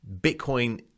Bitcoin